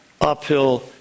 Uphill